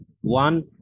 one